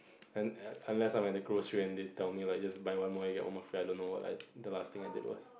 and um unless I'm at the grocery and they tell me like just buy one more you get one more I don't know what I the last thing I did was